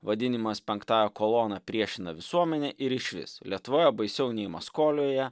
vadinimas penktąja kolona priešina visuomenę ir išvis lietuvoje baisiau nei maskolijoje